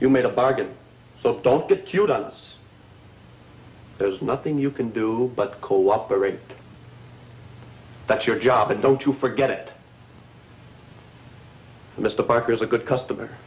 you made a bargain so don't get your dunce there's nothing you can do but cooperate that's your job and don't you forget it mr parker is a good customer